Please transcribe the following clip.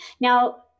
now